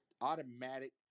automatic